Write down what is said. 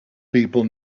people